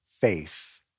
faith